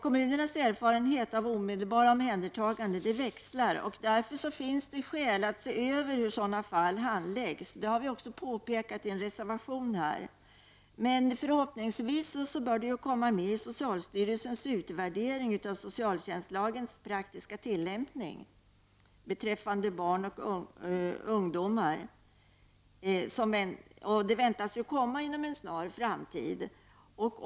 Kommunernas erfarenhet av omedelbara omhändertaganden växlar. Det finns därför skäl att se över hur sådana fall handläggs. Det har vi också påpekat i en reservation. Förhoppningsvis bör detta komma med i socialstyrelsens utvärdering av socialtjänstlagens praktiska tillämpning beträffande barn och ungdomar, som väntas komma inom en snar framtid.